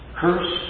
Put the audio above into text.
curse